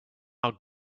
our